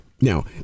Now